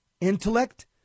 intellect